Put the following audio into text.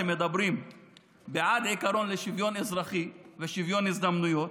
שמדברים בעד העיקרון לשוויון אזרחי ושוויון הזדמנויות,